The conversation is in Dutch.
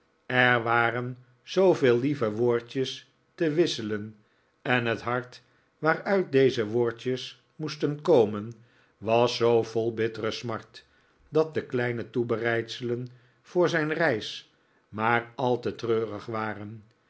er waren zooveel lieve woordjes te wisselen en het hart waaruit deze woordjes moesten komen was zoo vol bittere smart dat de kleine toebereidselen voor zijn reis maar al te treurig waren